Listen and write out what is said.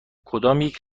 کدامیک